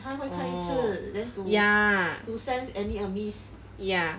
他会看一次 then to to sense any amiss